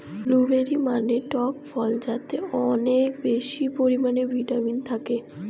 blueberry মানে টক ফল যাতে অনেক বেশি পরিমাণে ভিটামিন থাকে